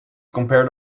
compare